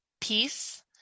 peace